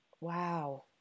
Wow